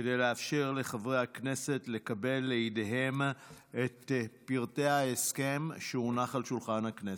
כדי לאפשר לחברי הכנסת לקבל לידיהם את פרטי ההסכם שהונח על שולחן הכנסת.